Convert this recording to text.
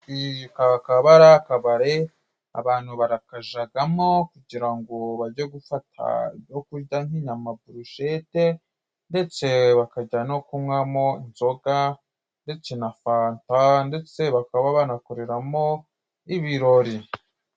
Iyi kakaba ari akabari abantu barakajagamo kugira ngo bajye gufata ibyo kurya nk'inyama, burushete, ndetse bakajya no kunywamo inzoga ndetse na fanta, ndetse bakaba banakoreramo ibirori.